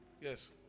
Yes